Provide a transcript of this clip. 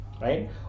Right